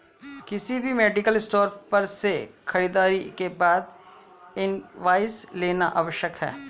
किसी भी medical store पर से खरीदारी के बाद इनवॉइस लेना आवश्यक है